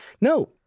no